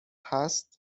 هست